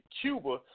Cuba